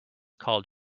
called